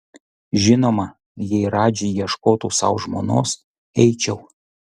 žinoma jei radži ieškotų sau žmonos eičiau